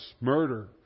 murder